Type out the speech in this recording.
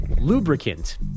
lubricant